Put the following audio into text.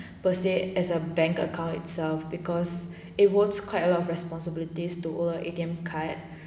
per se as a bank account itself because it works quite a lot of responsibilities to own a A_T_M card